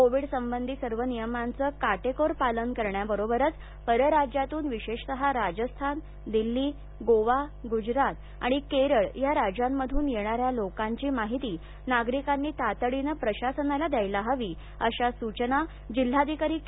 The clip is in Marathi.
कोविड संबंधी सर्व नियमांचं काटेकोर पालन करण्याबरोबरच परराज्यातून विशेषतः राजस्थान दिल्ली गोवा गुजरात आणि केरळ या राज्यांमधून येणाऱ्या लोकांची माहिती नागरिकांनी तातडीने प्रशासनास द्यावी अशा सूचना जिल्हाधिकारीही के